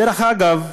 דרך אגב,